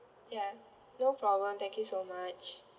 ya no problem thank you so much